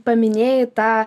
paminėjai tą